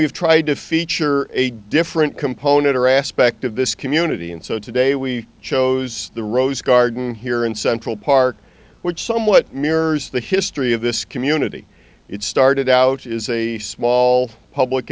we've tried to feature a different component or aspect of this community and so today we chose the rose garden here in central park which somewhat mirrors the history of this community it started out is a small public